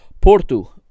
Porto